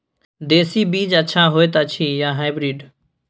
देसी बीज अच्छा होयत अछि या हाइब्रिड?